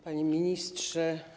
Panie Ministrze!